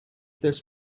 this